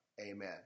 Amen